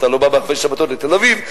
אתה לא בא בערבי שבתות לתל-אביב,